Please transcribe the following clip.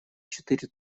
четыре